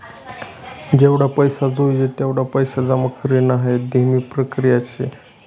जेवढा पैसा जोयजे तेवढा पैसा जमा करानी हाई धीमी परकिया शे